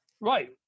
Right